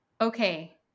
Okay